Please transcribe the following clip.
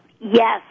Yes